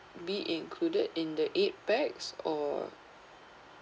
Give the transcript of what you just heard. be included in the eight pax or